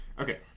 Okay